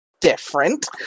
different